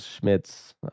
Schmitz